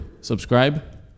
Subscribe